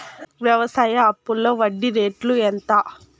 వ్యవసాయ అప్పులో వడ్డీ రేట్లు ఎంత?